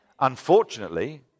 Unfortunately